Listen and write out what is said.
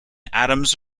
atoms